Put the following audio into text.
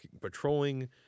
patrolling